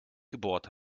gebohrt